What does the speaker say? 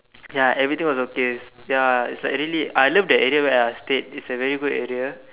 ya everything was okay ya it's like really I love that area where I stayed it's a very good area